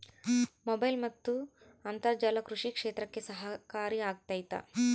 Mobile ಮತ್ತು ಅಂತರ್ಜಾಲ ಕೃಷಿ ಕ್ಷೇತ್ರಕ್ಕೆ ಸಹಕಾರಿ ಆಗ್ತೈತಾ?